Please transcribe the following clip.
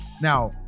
Now